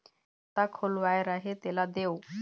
खाता खुलवाय रहे तेला देव?